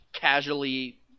casually